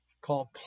called